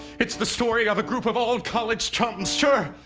it's the story of a group of old college chums. sure,